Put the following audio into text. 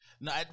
No